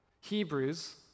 Hebrews